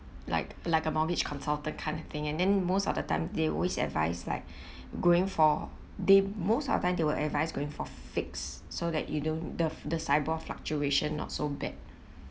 like like a mortgage consultant kind of thing and then most of the time they always advice like going for they most of time they will advise going for fixed so that you don't the the SIBOR fluctuation not so bad